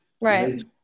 Right